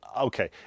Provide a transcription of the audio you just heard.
okay